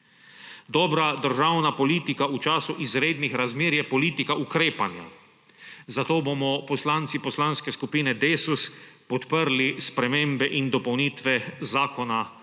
Dobra državna politika v času izrednih razmer je politika ukrepanja. Zato bomo poslanci Poslanske skupine Desus podprli spremembe in dopolnitve Zakona o